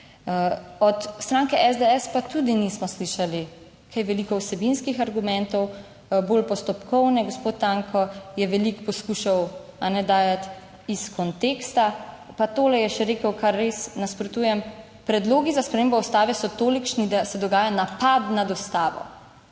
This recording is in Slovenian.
Od stranke SDS pa tudi nismo slišali kaj veliko vsebinskih argumentov, bolj postopkovne. Gospod Tanko je veliko poskušal dajati iz konteksta. Pa tole je še rekel, kar res nasprotujem; predlogi za spremembo ustave so tolikšni, da se dogaja napad nad Ustavo.